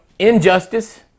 injustice